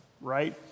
right